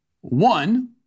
one